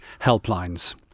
helplines